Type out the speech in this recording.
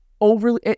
overly